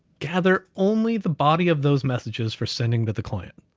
gather only the body of those messages for sending to the client.